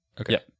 okay